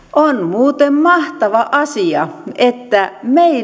muuten mahtava asia että meille